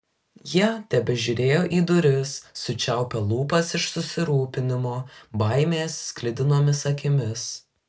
jie tebežiūrėjo į duris sučiaupę lūpas iš susirūpinimo baimės sklidinomis akimis